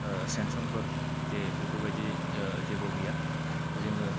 सेंसनफोर बेफोरबायदि जेबो गैया जोङो